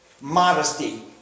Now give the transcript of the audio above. Modesty